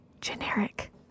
generic